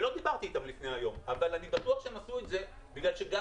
ולא דיברתי אתם לפני היום אבל אני בטוח שהם עשו את זה בגלל שגם